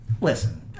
listen